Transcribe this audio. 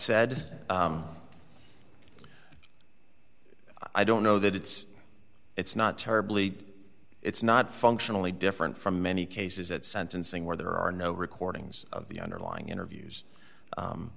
said i don't know that it's it's not terribly it's not functionally different from many cases at sentencing where there are no recordings of the underlying interviews